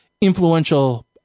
influential